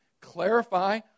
clarify